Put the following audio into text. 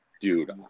dude